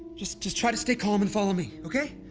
just, just try to stay calm and follow me. okay?